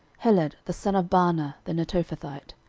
heled the son of baanah the netophathite,